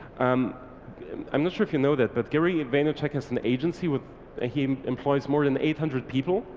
um i'm not sure if you know that but gary and vaynerchuk has an agency with ah him employs more than eight hundred people,